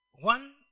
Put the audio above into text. One